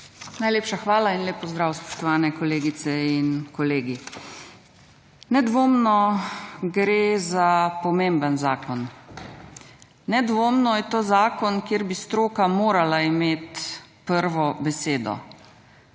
Najlepša hvala in lep pozdrav, spoštovane kolegice in kolegi. Nedvomno gre za pomemben zakon. Nedvomno je to zakon, kjer bi stroka morala imeti prvo besedo.